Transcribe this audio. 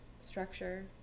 structure